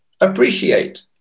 appreciate